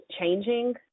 changing